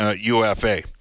UFA